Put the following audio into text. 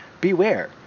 beware